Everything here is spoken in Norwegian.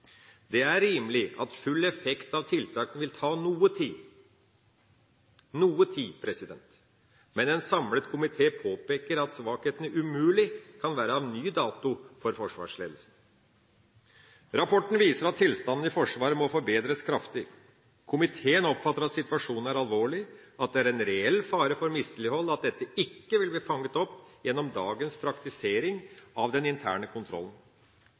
Det er rimelig at full effekt av tiltakene vil ta noe tid – noe tid – men en samlet komité påpeker at svakhetene umulig kan være av ny dato for forsvarsledelsen. Rapporten viser at tilstanden i Forsvaret må forbedres kraftig. Komiteen oppfatter at situasjonen er alvorlig, at det er en reell fare for mislighold, og at dette ikke vil bli fanget opp gjennom dagens praktisering av den interne kontrollen.